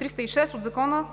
30б от Закона